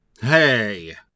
Hey